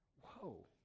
Whoa